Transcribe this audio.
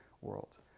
world